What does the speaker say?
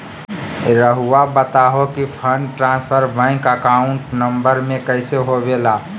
रहुआ बताहो कि fund transfer bank account number में कैसे होबेला?